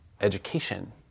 education